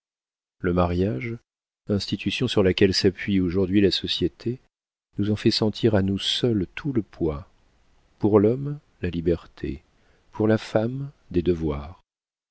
le mariage institution sur laquelle s'appuie aujourd'hui la société nous en fait sentir à nous seules tout le poids pour l'homme la liberté pour la femme des devoirs